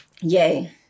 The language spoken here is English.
Yay